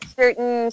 certain